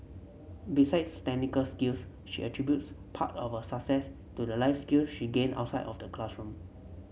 besides technical skills she attributes part of her success to the life skill she gained outside of the classroom